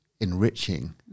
enriching